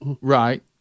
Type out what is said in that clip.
Right